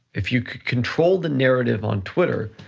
if you could control the narrative on twitter,